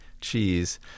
cheese